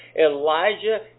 Elijah